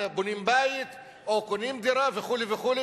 בונים בית או קונים דירה וכו' וכו',